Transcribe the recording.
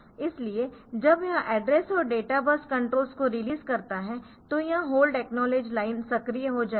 इसलिए जब यह एड्रेस और डेटा बस कंट्रोल्स को रिलीज़ करता है तो यह होल्ड एकनॉलेज लाइन सक्रिय हो जाएगी